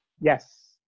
Yes